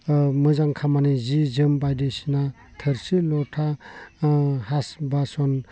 मोजां खामानि जि जोम बायदिसिना थोरसि लथा बासोन